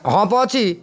hump ଅଛି